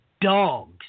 dogs